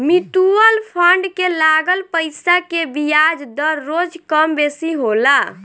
mutual fund के लागल पईसा के बियाज दर रोज कम बेसी होला